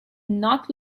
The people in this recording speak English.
not